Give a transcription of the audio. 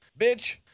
Bitch